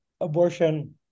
abortion